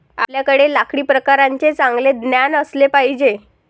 आपल्याकडे लाकडी प्रकारांचे चांगले ज्ञान असले पाहिजे